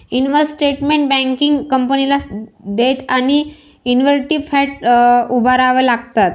investment banking कंपनीला debt आणि equity fund उभारावे लागतात